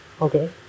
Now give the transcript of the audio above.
okay